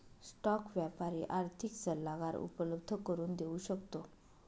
stock व्यापारी आर्थिक सल्लागार उपलब्ध करून देऊ शकतो